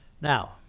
Now